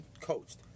coached